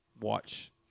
watch